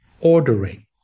ordering